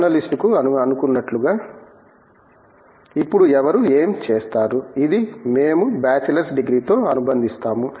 జర్నలిస్టుకు అనుకున్నట్లుగా ఇప్పుడు ఎవరు ఏమి చేస్తారు ఇది మేము బాచిలర్స్ డిగ్రీతో అనుబంధిస్తాము